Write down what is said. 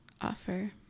offer